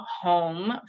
home